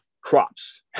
crops